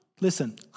Listen